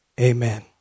Amen